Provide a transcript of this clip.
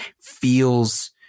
feels